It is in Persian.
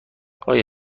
آیا